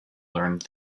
learned